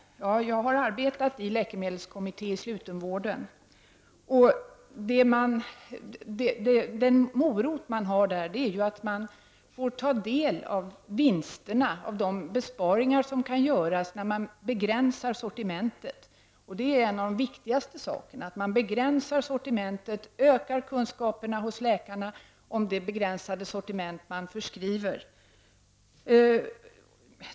Jag har arbetat i en läkemedelskommitté i slutenvården. Den morot man där har är att man får ta del av de vinster som uppkommer genom besparingar då man begränsar sortimentet. Det är en av de viktigaste sakerna, att man begränsar sortimentet och ökar kunskaperna hos läkarna om det begränsade sortiment man förskriver.